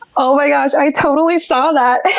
oh my gosh, i totally saw that.